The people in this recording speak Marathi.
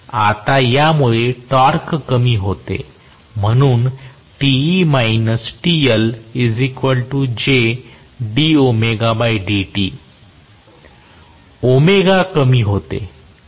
आता या मुळे टॉर्क कमी होते म्हणून कमी होते